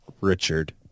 Richard